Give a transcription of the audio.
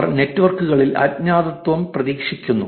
അവർ നെറ്റ്വർക്കുകളിൽ അജ്ഞാതത്വം പ്രതീക്ഷിക്കുന്നു